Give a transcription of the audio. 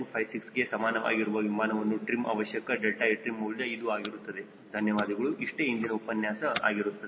56 ಗೆ ಸಮಾನವಾಗಿರುವ ವಿಮಾನವನ್ನು ಟ್ರಿಮ್ ಅವಶ್ಯಕ 𝛿etrim ಮೌಲ್ಯ ಇದು ಆಗಿರುತ್ತದೆ